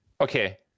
okay